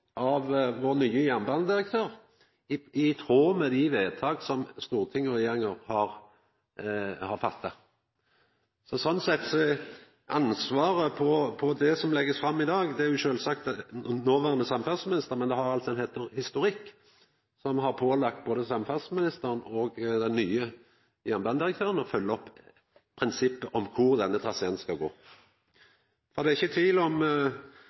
regjeringa har gjort. Ansvaret for det som blir lagt fram i dag, ligg på noverande samferdselsminister, men det har altså ein historikk, som har pålagt både samferdselsministeren og den nye jernbanedirektøren å følgja opp prinsippet om kvar denne traseen skal gå. Det er ikkje tvil om